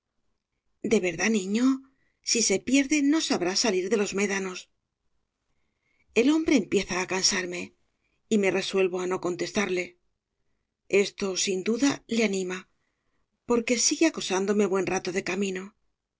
de verdad niño si se pierde no sabrá salir de los médanos el hombre empieza á cansarme y me resuelvo á no contestarle esto sin duda le anima porque sigue acosándome buen rato de